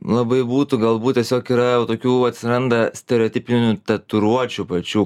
labai būtų galbūt tiesiog yra jau tokių atsiranda stereotipinių tatuiruočių pačių